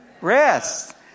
rest